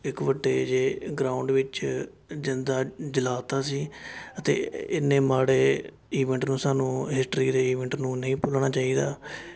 ਇੱਕ ਵੱਡੇ ਜਿਹੇ ਗਰਾਊਂਡ ਵਿੱਚ ਜਿੰਦਾ ਜਲਾ ਤਾ ਸੀ ਅਤੇ ਇੰਨੇ ਮਾੜੇ ਈਵੈਂਟ ਨੂੰ ਸਾਨੂੰ ਹਿਸਟਰੀ ਦੇ ਈਵੈਂਟ ਨੂੰ ਨਹੀਂ ਭੁੱਲਣਾ ਚਾਹੀਦਾ